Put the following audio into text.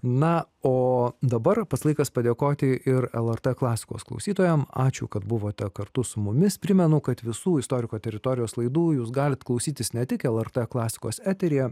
na o dabar pats laikas padėkoti ir lrt klasikos klausytojam ačiū kad buvote kartu su mumis primenu kad visų istoriko teritorijos laidų jūs galit klausytis ne tik lrt klasikos eteryje